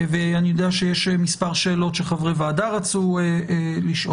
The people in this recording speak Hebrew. ואני יודע שיש מספר שאלות שחברי הוועדה רצו לשאול.